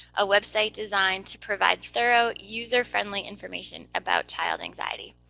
a website designed to provide thorough, user-friendly information about child anxiety.